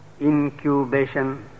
incubation